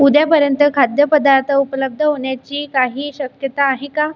उद्यापर्यंत खाद्यपदार्थ उपलब्ध होण्याची काही शक्यता आहे का